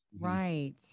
Right